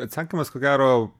atsakymas ko gero